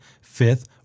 fifth